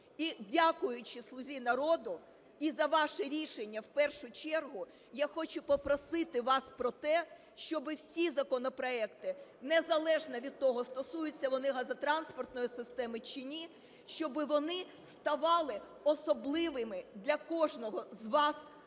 І дякуючи "Слузі народу", і за ваше рішення в першу чергу, я хочу попросити вас про те, щоби всі законопроекти, незалежно від того, стосуються вони газотранспортної системи чи ні, щоби вони ставали особливими для кожного з вас у